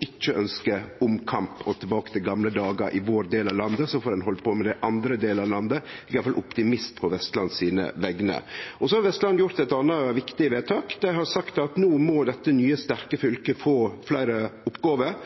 ikkje ønskje omkamp og tilbake til gamle dagar i vår del av landet, så får ein halde på med det i andre delar av landet. Eg er iallfall optimist på Vestland sine vegner. Så har Vestland gjort eit anna viktig vedtak. Dei har sagt at no må dette nye, sterke fylket få fleire oppgåver.